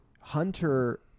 Hunter